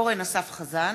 אורן אסף חזן,